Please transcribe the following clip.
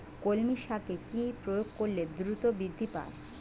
কলমি শাকে কি প্রয়োগ করলে দ্রুত বৃদ্ধি পায়?